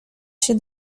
się